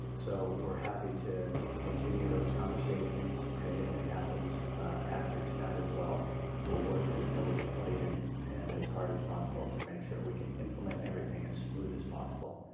so we are happy to continue those conversations, anything that happens after tonight as well. we will work as diligently and and as hard as possible to make sure we can implement everything as smooth as possible.